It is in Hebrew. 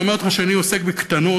אני אמרתי לך שאני עוסק בקטנות.